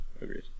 Agreed